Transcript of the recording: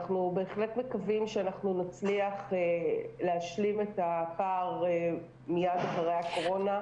אנחנו בהחלט מקווים שנצליח להשלים את הפער מייד לאחר הקורונה,